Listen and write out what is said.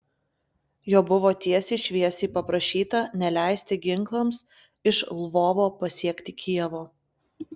jo buvo tiesiai šviesiai paprašyta neleisti ginklams iš lvovo pasiekti kijevo